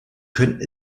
können